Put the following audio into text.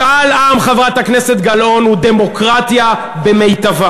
משאל עם, חברת הכנסת גלאון, הוא דמוקרטיה במיטבה.